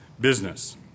business